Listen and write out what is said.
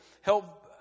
help